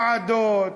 ועדות,